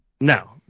No